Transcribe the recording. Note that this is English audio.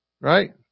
Right